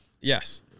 Yes